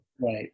Right